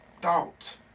thought